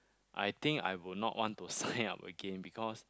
I think I would not want to sign up again because